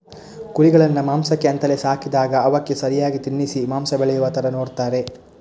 ಕುರಿಗಳನ್ನ ಮಾಂಸಕ್ಕೆ ಅಂತಲೇ ಸಾಕಿದಾಗ ಅವಕ್ಕೆ ಸರಿಯಾಗಿ ತಿನ್ನಿಸಿ ಮಾಂಸ ಬೆಳೆಯುವ ತರ ನೋಡ್ತಾರೆ